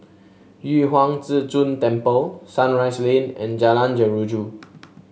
Yu Huang Zhi Zun Temple Sunrise Lane and Jalan Jeruju